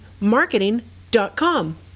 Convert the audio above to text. marketing.com